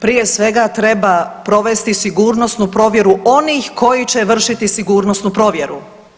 Prije svega treba provesti sigurnosnu provjeru onih koji će vršiti sigurnosnu provjeru.